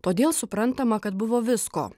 todėl suprantama kad buvo visko